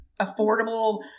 affordable